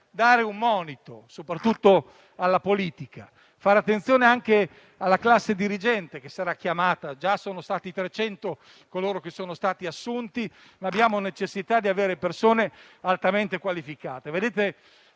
dare un monito, soprattutto alla politica, facendo attenzione anche alla classe dirigente che sarà chiamata a guidare il Paese: già sono stati 300 gli assunti, ma abbiamo necessità di avere personale altamente qualificato.